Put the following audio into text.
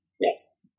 Yes